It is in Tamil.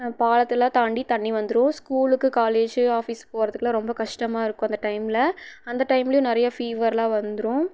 பாலத்தெலாம் தாண்டி தண்ணி வந்துடும் ஸ்கூலுக்கு காலேஜ்ஜு ஆஃபிஸ் போகிறதுக்குலாம் ரொம்ப கஷ்டமாக இருக்கும் அந்த டைமில் அந்த டைம்லேயும் நிறைய ஃபீவர்யெலாம் வந்துடும்